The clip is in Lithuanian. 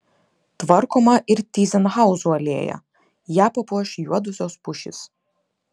tvarkoma ir tyzenhauzų alėja ją papuoš juodosios pušys